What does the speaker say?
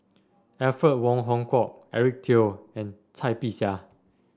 Alfred Wong Hong Kwok Eric Teo and Cai Bixia